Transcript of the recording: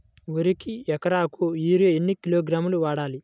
వరికి ఎకరాకు యూరియా ఎన్ని కిలోగ్రాములు వాడాలి?